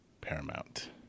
Paramount